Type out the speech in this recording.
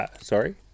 Sorry